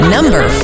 Number